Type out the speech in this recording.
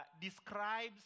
describes